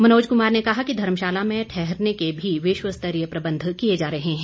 मनोज कुमार ने कहा कि धर्मशाला में ठहरने के भी विश्वस्तरीय प्रबंध किए जा रहे हैं